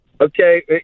Okay